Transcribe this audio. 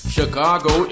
Chicago